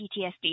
PTSD